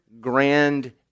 grand